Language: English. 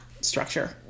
structure